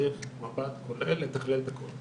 צריך מבט כולל לתכלל את הכל.